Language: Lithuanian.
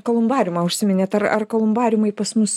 kolumbariumą užsiminėt ar ar kolumbariumai pas mus